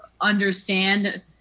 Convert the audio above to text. understand